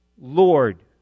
Lord